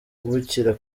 bibukira